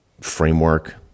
framework